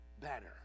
better